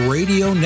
Radio